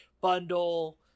Bundle